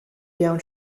down